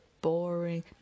boring